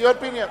ציון פיניאן,